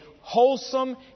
wholesome